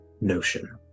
notion